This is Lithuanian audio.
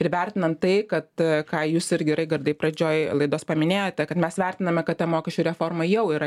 ir vertinant tai kad ką jūs irgi raigardai pradžioj laidos paminėjote kad mes vertiname kad ta mokesčių reforma jau yra